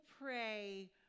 pray